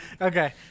Okay